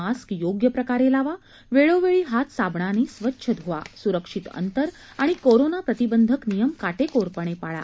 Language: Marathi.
मास्क योग्य प्रकारे लावा वेळोवेळी हात साबणाने स्वच्छ धुवा सुरक्षित अंतर आणि कोरोना प्रतिबंधक नियम काटेकोरपणे पाळा